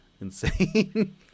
insane